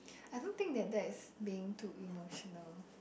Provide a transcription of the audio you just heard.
I don't think that that is being too emotional